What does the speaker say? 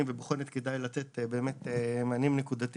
אבל בכל זאת כדאי לתת מענים נקודתיים.